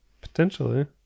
Potentially